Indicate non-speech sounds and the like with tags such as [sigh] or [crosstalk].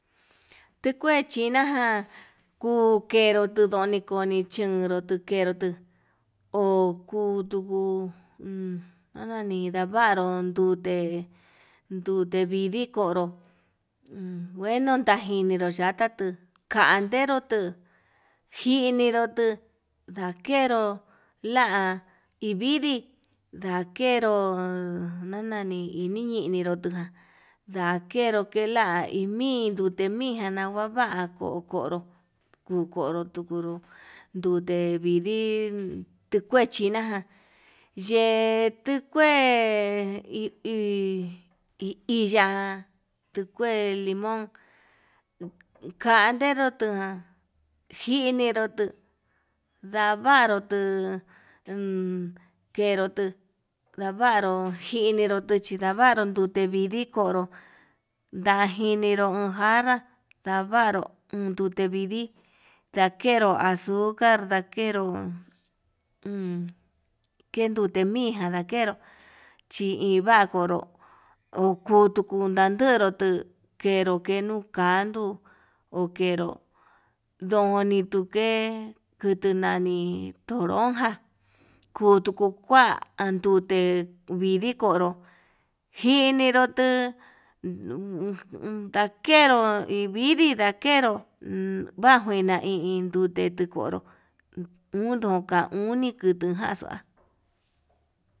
Tuu kue chinajan tukuero koni noni tukenró, tuku otuku umm ndanani ndavaró ndute ndute vidii konró uun ngueno tajininro yata tuu kanderu tuu njiniru tuu, ndakero la tividii lakero la nani nininro nda'a, ndakero iin la'a ni timiján na huahua kuu konró kukoro tukuro ndute vidii tukue chinaján yee tikue hi hi, hi hi ya'a tukue limón kanderu tuu, jiniru tuu ndavaru tuu [hesitation] kenero tuu ndavaro jinirutu ndavaru ndute vidii konró ndajiniru uun njanrá, ndavaruu uun dute vidii ndakeru azucar ndakero umm, knedute mijan ndakero chi ivatunru okuru kutu ndakero tuu kenru kenuka kanduu okeru ndojoni tuke, kutuu nani tonronja kuru kuu kua andute vidikonro njinirutu un un ndakero idivi ndakero vajuina i iin ndute ndetikoro uun nduka uni nikutu njuanxa.